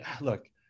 look